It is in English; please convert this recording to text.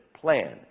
plan